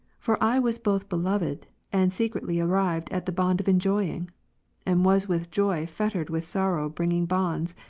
for i was both beloved, and secretly arrived at the bond of enjoying and was with joy fettered with sorrow bringing bonds,